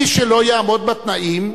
מי שלא יעמוד בתנאים,